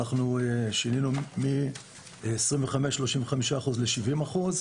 שינינו מ-25%-35% ל-70%.